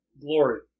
glory